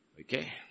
Okay